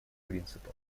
принципа